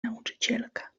nauczycielka